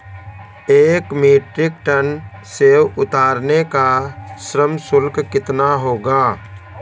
एक metric ton सेव उतारने का श्रम शुल्क कितना होगा?